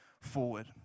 forward